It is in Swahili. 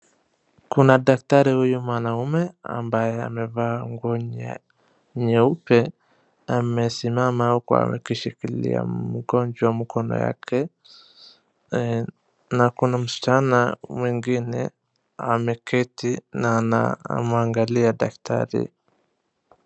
Kuna daktari huyu mwanamume ambaye amevaa nguo nyeupe, amesimama huku akishikilia mgonjwa mkono yake na kuna msichana mwingine ameketi na anamwangalia daktari.